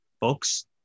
books